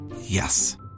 Yes